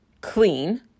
clean